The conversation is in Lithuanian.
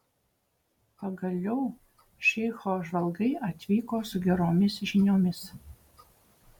pagaliau šeicho žvalgai atvyko su geromis žiniomis